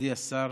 מכובדי השר,